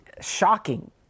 shocking